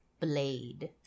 blade